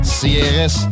CRS